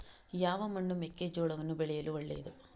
ಯಾವ ಮಣ್ಣು ಮೆಕ್ಕೆಜೋಳವನ್ನು ಬೆಳೆಯಲು ಒಳ್ಳೆಯದು?